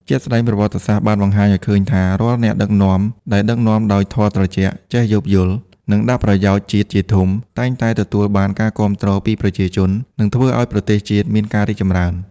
ជាក់ស្ដែង ប្រវត្តិសាស្ត្របានបង្ហាញឱ្យឃើញថា រាល់អ្នកដឹកនាំដែលដឹកនាំដោយធម៌ត្រជាក់ ចេះយោគយល់ និងដាក់ប្រយោជន៍ជាតិជាធំ តែងតែទទួលបានការគាំទ្រពីប្រជាជន និងធ្វើឱ្យប្រទេសជាតិមានការរីកចម្រើន។